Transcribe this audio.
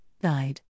died